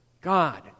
God